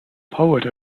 poet